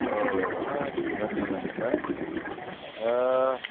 औ हाब बिराथ मोजां खोथा दा